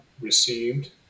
received